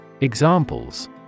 Examples